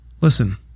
Listen